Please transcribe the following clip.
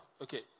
okay